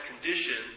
condition